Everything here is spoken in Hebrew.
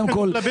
גם מה